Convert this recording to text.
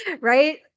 right